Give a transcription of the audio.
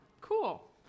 cool